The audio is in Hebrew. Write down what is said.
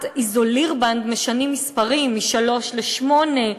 בעזרת איזולירבנד משנים מספרים מ-3 ל-8,